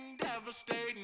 devastating